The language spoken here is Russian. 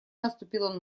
наступила